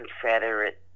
Confederate